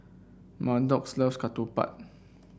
Maddox loves ketupat